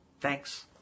Thanks